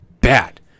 bad